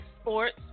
Sports